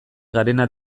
garena